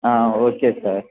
ah okay sir